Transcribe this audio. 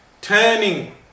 turning